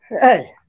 Hey